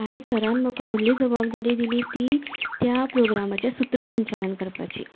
आनी सरान म्हाका व्हडलीं जबाबदारी दिली ती त्या प्रोग्रामाचें सुत्रसंचालन करपाची